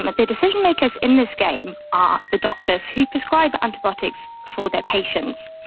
but the decision-makers in this game are the doctors who prescribe antibiotics for their patients.